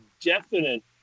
definite